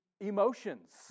emotions